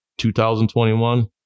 2021